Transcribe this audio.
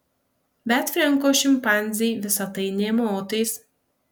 bet frenko šimpanzei visa tai nė motais